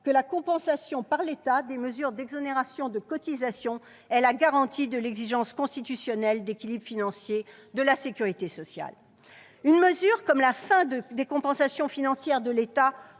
que la compensation par l'État des mesures d'exonération de cotisations est la garantie de l'exigence constitutionnelle d'équilibre financier de la sécurité sociale. Une mesure comme la fin des compensations financières de l'État